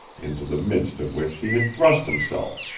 into the midst of which he had thrust himself,